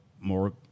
more –